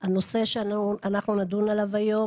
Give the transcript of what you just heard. הנושא שאנחנו נדון עליו היום,